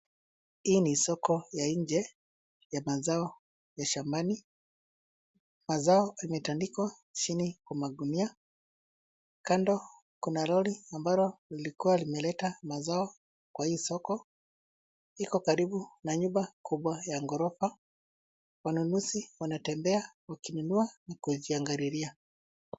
Hii ni soko ya nje ya mazao ya shambani. Mazao imetandikwa chini kwa magunia. Kando kuna lori ambalo lilikuwa limeleta mazao kwa hii soko. Iiko karibu na nyumba kubwa ya ghorofa. Wanunuzi wanatembea wakinunua na kujiangililia.